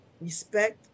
respect